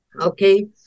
Okay